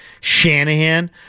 Shanahan